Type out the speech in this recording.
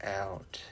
out